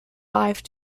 live